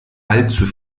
allzu